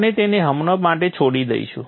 આપણે તેને હમણાં માટે છોડી દઈશું